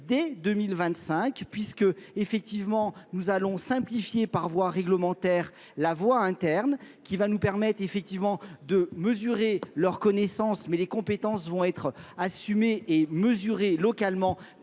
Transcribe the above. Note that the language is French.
dès 2025 puisque effectivement nous allons simplifier par voie réglementaire la voie interne qui va nous permettre effectivement de mesurer leur connaissance mais les compétences vont être assumées et mesurées localement